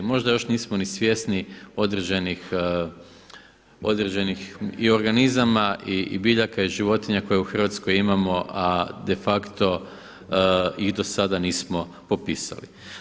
Možda još nismo ni svjesni određenih i organizama i biljaka i životinja koje u Hrvatskoj imamo, a de facto ih do sada nismo popisali.